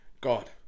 God